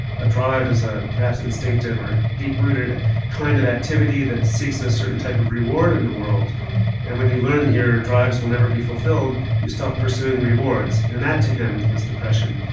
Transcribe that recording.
a drive is ah perhaps instinctive or deep rooted kind of activity that seeks a certain type of reward in the world and when you learn that your drives will never be fulfilled you stop pursuing rewards and that to him was depression.